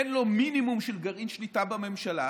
אין לו מינימום של גרעין שליטה בממשלה.